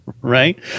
Right